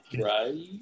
right